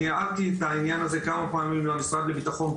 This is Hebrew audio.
אני הערתי את העניין הזה כמה פעמים למשרד לביטחון פנים.